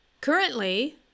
Currently